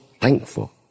thankful